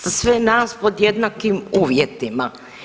Za sve nas pod jednakim uvjetima.